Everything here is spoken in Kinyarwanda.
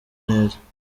neza